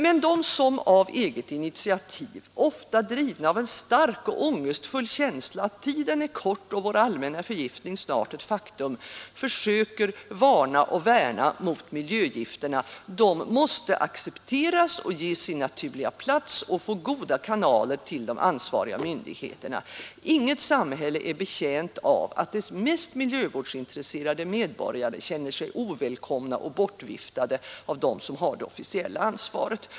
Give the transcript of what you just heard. Men de som av eget initiativ, ofta drivna av en stark och ångestfull känsla att tiden är kort och vår allmänna förgiftning snart ett faktum, försöker varna och värna mot miljögifterna, dessa människor måste accepteras, ges sin naturliga plats och få goda kanaler till de ansvariga myndigheterna. Inget samhälle är betjänt av att dess mest miljövårdsintresserade medborgare känner sig ovälkomna och bortviftade av dem som har det officiella ansvaret.